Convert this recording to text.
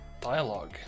dialogue